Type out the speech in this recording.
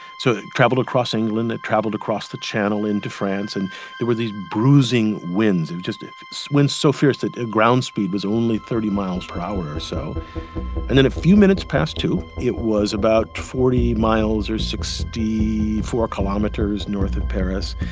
so it traveled across england and traveled across the channel into france and there were these bruising winds, and just so winds so fierce that ground speed was only thirty miles per hour or so and then a few minutes past two, it was about forty miles or sixty four kilometers north of paris,